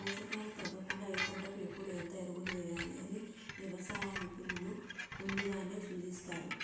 పోషకాలు తగ్గకుండా ఏ పంటకు ఎప్పుడు ఎంత ఎరువులు వేయాలి అని వ్యవసాయ నిపుణులు ముందుగానే సూచిస్తారు